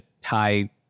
tie